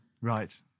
Right